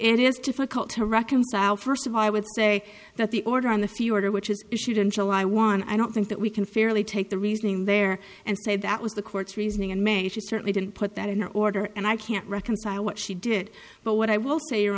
it is difficult to reconcile first of all i would say that the order on the few order which is issued in july won i don't think that we can fairly take the reasoning there and say that was the court's reasoning and manner she certainly didn't put that in order and i can't reconcile what she did but what i will say your